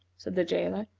said the jailer.